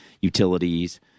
utilities